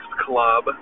club